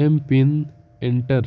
M PIN enter